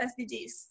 SDGs